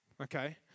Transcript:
Okay